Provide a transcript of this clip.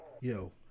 yo